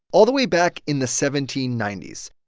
all the way back in the seventeen ninety s.